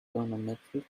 trigonometric